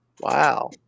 Wow